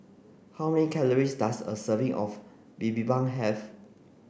how many calories does a serving of Bibimbap have